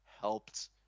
helped